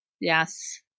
Yes